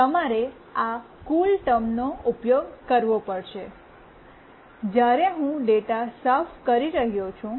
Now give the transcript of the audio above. તમારે આ કૂલટર્મનો ઉપયોગ કરવો પડશે જ્યાં હું ડેટા સાફ કરી રહ્યો છું